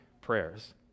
prayers